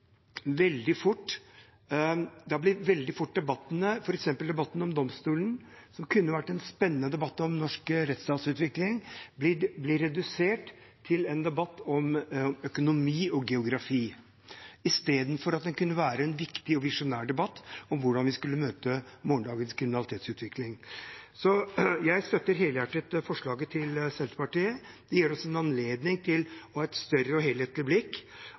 veldig fort blir redusert til en debatt om økonomi og geografi istedenfor at den kunne vært en viktig og visjonær debatt om hvordan vi skal møte morgendagens kriminalitetsutvikling. Jeg støtter helhjertet forslaget fra Senterpartiet. Det gir oss en anledning til å ha et større og mer helhetlig blikk.